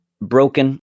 broken